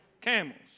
camels